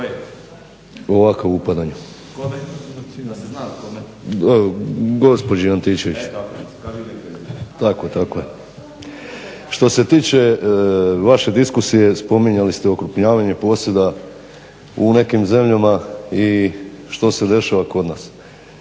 ovakvo upadanje gospođi Antičević. Što se tiče vaše diskusije spominjali ste okrupnjavanje posjeda u nekim zemljama i što se dešava kod nas.